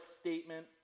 statement